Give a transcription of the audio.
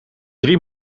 drie